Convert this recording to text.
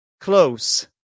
close